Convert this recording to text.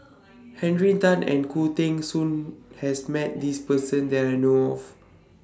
Henry Tan and Khoo Teng Soon has Met This Person that I know of